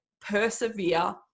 persevere